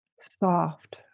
soft